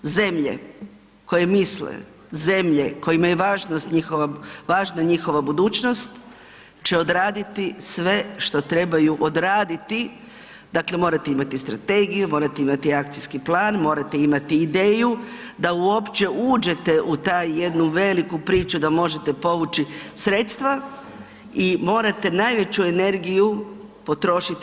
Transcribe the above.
Zemlje koje misle, zemlje kojima je važna njihova budućnost će odraditi sve što trebaju odraditi, dakle morate imati strategiju, morate imati akcijski plan, morate imati ideju da uopće uđete u tu jednu veliku priču da možete povući sredstva i morate najveću energiju potrošiti.